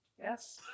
yes